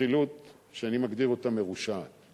רכילות שאני מגדיר אותה מרושעת,